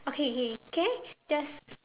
okay okay can I just